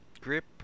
grip